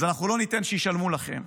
אז אנחנו לא ניתן שישלמו לכם.